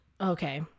okay